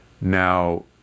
Now